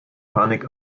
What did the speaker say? panik